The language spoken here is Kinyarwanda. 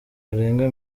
barenga